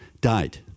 died